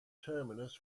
terminus